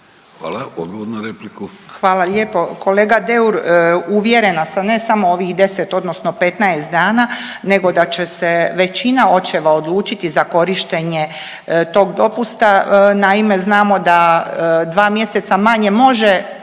Branka (HDZ)** Hvala lijepo. Kolega Deur, uvjerena sam ne samo ovih 10 odnosno 15 dana nego da će se većina očeva odlučiti za korištenje tog dopusta. Naime, znamo da dva mjeseca manje može